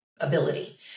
ability